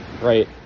right